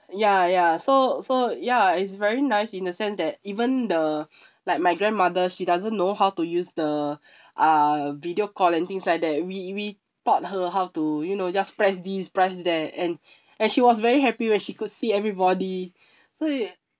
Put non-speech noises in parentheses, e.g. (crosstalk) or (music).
ya ya so so ya it's very nice in the sense that even the (noise) like my grandmother she doesn't know how to use the (breath) uh video call and things like that we we taught her how to you know just press this press that and (breath) and she was very happy when she could see everybody so